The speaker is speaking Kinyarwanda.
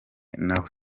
nawe